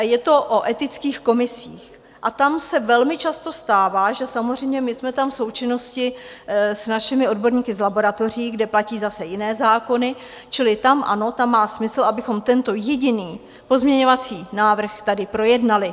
Je to o etických komisích a tam se velmi často stává, že samozřejmě my jsme tam v součinnosti s našimi odborníky z laboratoří, kde platí zase jiné zákony, čili tam ano, tam má smysl, abychom tento jediný pozměňovací návrh tady projednali.